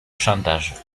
chantage